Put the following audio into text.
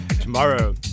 Tomorrow